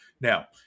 Now